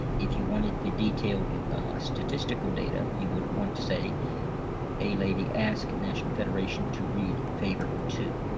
if you wanted the detailed statistical data you would want to say a lady ask national federation to read favorite two